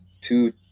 two